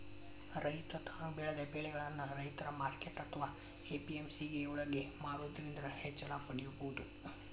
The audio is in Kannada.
ರೈತ ತಾನು ಬೆಳೆದ ಬೆಳಿಗಳನ್ನ ರೈತರ ಮಾರ್ಕೆಟ್ ಅತ್ವಾ ಎ.ಪಿ.ಎಂ.ಸಿ ಯೊಳಗ ಮಾರೋದ್ರಿಂದ ಹೆಚ್ಚ ಲಾಭ ಪಡೇಬೋದು